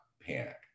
panic